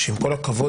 שעם כל הכבוד,